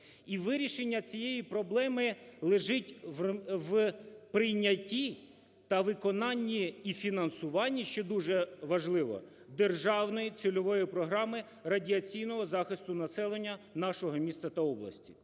І вирішення цієї проблеми лежить в прийнятті та виконанні і фінансуванні, що дуже важливо, державної цільової програми радіаційного захисту населення нашого міста та області.